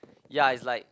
ya it's like